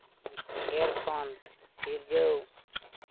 ᱜᱮᱨ ᱠᱷᱚᱱ ᱥᱤᱨᱡᱟᱹᱣ